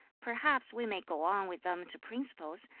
perhaps we may go on with them to principles,